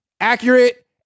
accurate